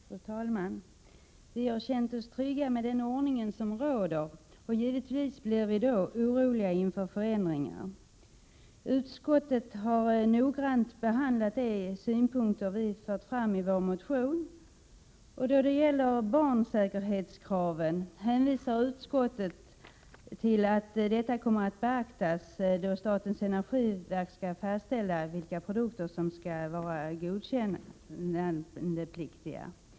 Fru talman! Vi har känt oss trygga med den ordning som råder, och vi blir givetvis oroliga inför förändringar. Utskottet har noggrant behandlat de synpunkter som vi förde fram i vår motion. När det gäller barnsäkerhetskraven hänvisar utskottet till att dessa kommer att beaktas när statens energiverk skall fastställa vilka produkter som skall vara godkännandepliktiga.